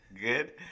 Good